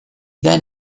then